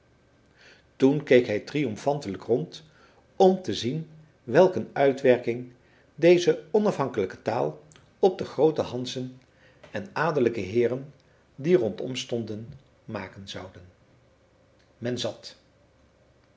toen keek hij triomfantelijk rond om te zien welk een uitwerking deze onafhankelijke taal op de groote hanzen en adellijke heeren die rondom stonden maken zouden men zat